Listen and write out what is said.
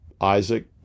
Isaac